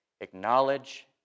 Acknowledge